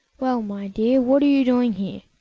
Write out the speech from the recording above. well, my dear, what are you doing here?